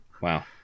wow